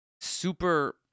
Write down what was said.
super